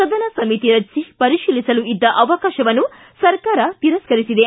ಸದನ ಸಮಿತಿ ರಚಿಸಿ ಪರಿಶೀಲಿಸಲು ಇದ್ದ ಅವಕಾಶವನ್ನು ಸರ್ಕಾರ ತಿರಸ್ಕರಿಸಿದೆ